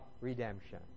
redemption